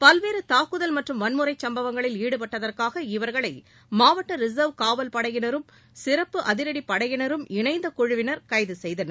பல்வேறு தாக்குதல் மற்றும் வன்முறைச் சுப்பவங்களில் ஈடுபட்டதற்காக இவர்களை மாவட்ட ரிசர்வ் காவல் படையினரும் சிறப்பு அதிரடிப் படையினரும் இணைந்த குழுவினர் கைது செய்தனர்